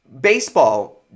Baseball